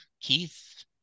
Keith